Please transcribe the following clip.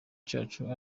cyacu